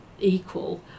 equal